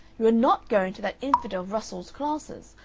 you are not going to that infidel russell's classes.